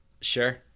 Sure